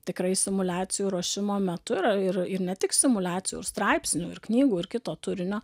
tikrai simuliacijų ruošimo metu yra ir ir ne tik simuliacijų ir straipsnių ir knygų ir kito turinio